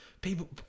people